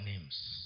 names